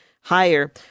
higher